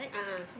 a'ah